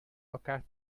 elkaar